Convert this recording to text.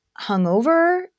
hungover